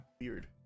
Weird